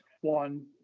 One